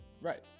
Right